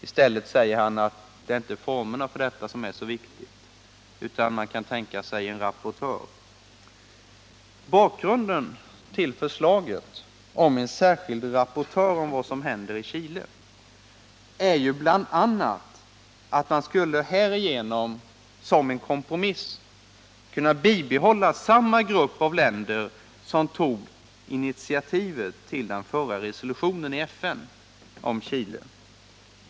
I stället säger han att formerna här inte är så viktiga utan att man kan tänka sig en rapportör. Bakgrunden till förslaget om en särskild rapportör om vad som händer i Chile är bl.a. att man härigenom som en kompromiss skulle kunna bibehålla samma grupp av länder som tog initiativet till den förra resolutionen om Chile i FN.